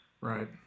right